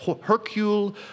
Hercule